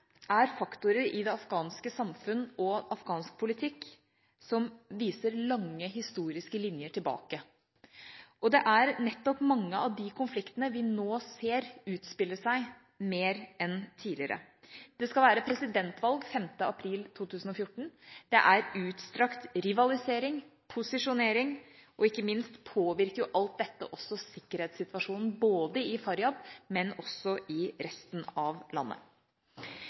er faktorer i det afghanske samfunn og afghansk politikk som viser lange historiske linjer tilbake. Og det er nettopp mange av de konfliktene vi nå ser utspille seg mer enn tidligere. Det skal være presidentvalg 5. april 2014. Det er utstrakt rivalisering og posisjonering, og ikke minst påvirker jo alt dette sikkerhetssituasjonen, både i Faryab og i resten av landet.